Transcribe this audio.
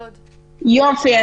יופי.